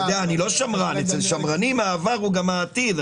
אצל שמרנים העבר הוא גם העתיד.